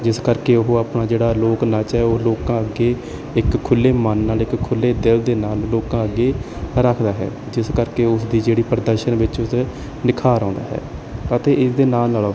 ਜਿਸ ਕਰਕੇ ਉਹ ਆਪਣਾ ਜਿਹੜਾ ਲੋਕ ਨਾਚ ਹੈ ਉਹ ਲੋਕਾਂ ਅੱਗੇ ਇੱਕ ਖੁੱਲੇ ਮਨ ਨਾਲ ਇੱਕ ਖੁੱਲ੍ਹੇ ਦਿਲ ਦੇ ਨਾਲ ਲੋਕਾਂ ਅੱਗੇ ਰੱਖਦਾ ਹੈ ਜਿਸ ਕਰਕੇ ਉਸ ਦੀ ਜਿਹੜੀ ਪ੍ਰਦਰਸ਼ਨ ਵਿੱਚ ਨਿਖਾਰ ਆਉਂਦਾ ਹੈ ਅਤੇ ਇਸ ਦੇ ਨਾਲ ਨਾਲੋਂ